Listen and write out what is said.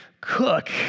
cook